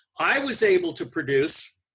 i was able to produce